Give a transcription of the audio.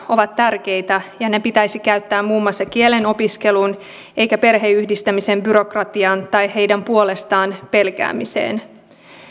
ovat tärkeitä ja ne pitäisi käyttää muun muassa kielen opiskeluun eikä perheenyhdistämisen byrokratiaan tai heidän puolestaan pelkäämiseen